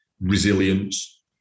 resilience